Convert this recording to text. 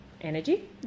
energy